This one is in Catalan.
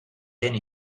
gent